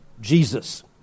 Jesus